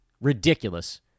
Ridiculous